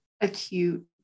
acute